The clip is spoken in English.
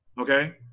okay